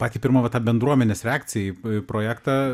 patį pirmą va tą bendruomenės reakciją į projektą